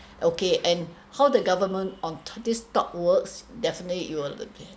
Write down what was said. okay and how the government on top this top works definitely it will